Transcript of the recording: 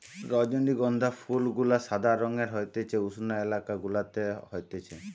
রজনীগন্ধা ফুল গুলা সাদা রঙের হতিছে উষ্ণ এলাকা গুলাতে হতিছে